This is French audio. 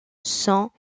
sans